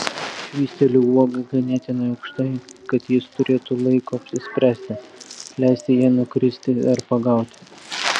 švysteliu uogą ganėtinai aukštai kad jis turėtų laiko apsispręsti leisti jai nukristi ar pagauti